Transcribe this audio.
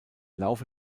laufe